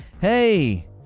hey